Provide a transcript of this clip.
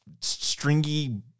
stringy